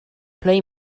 play